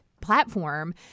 platform